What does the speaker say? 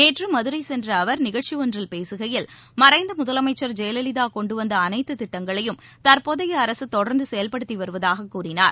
நேற்று மதுரை சென்ற அவர் நிகழ்ச்சி ஒன்றில் பேசுகையில் மறைந்த முதலமைச்சர் ஜெயலலிதா கொன்டு வந்த அனைத்து திட்டங்களையும் தற்போதைய அரசு தொடர்ந்து செயல்படுத்தி வருவதாக கூறினார்